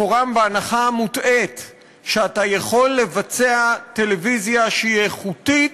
מקורה בהנחה המוטעית שאתה יכול לבצע טלוויזיה שהיא איכותית,